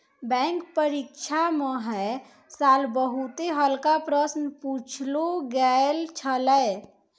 bank परीक्षा म है साल बहुते हल्का प्रश्न पुछलो गेल छलै